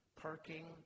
parking